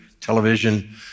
television